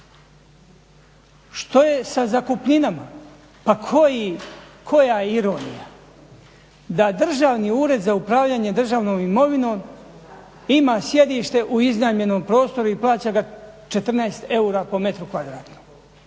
Što je sa zakupninama? Pa koja je ironija da Državni ured za upravljanje državnom imovinom ima sjedište u iznajmljenom prostoru i plaća ga 14 eura po metru kvadratnom.